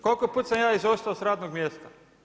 Koliko puta sam ja izostao sa radnog mjesta?